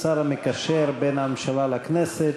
השר המקשר בין הממשלה לכנסת,